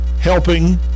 helping